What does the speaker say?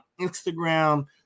Instagram